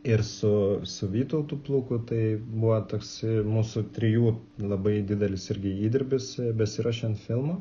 ir su su vytautu pluku tai buvo toksai mūsų trijų labai didelis irgi įdirbis besiruošiant filmui